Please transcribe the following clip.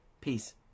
Peace